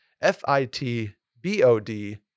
F-I-T-B-O-D